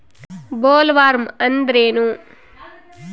Bollworm ಅಂದ್ರೇನು?